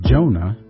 Jonah